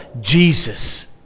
Jesus